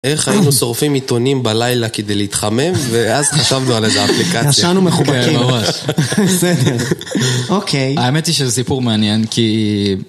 איך היינו שורפים עיתונים בלילה כדי להתחמם ואז חשבנו על איזה אפליקציה ישנו מחובקים כן, ממש בסדר אוקיי האמת היא שזה סיפור מעניין כי...